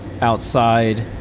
outside